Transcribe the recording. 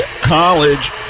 College